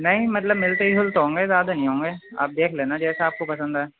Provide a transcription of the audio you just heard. نہیں مطلب ملتے ہی جل تو ہوں گے زیادہ نہیں ہوںےپ دیک لینا جیسا آپ کو پسند آ ہے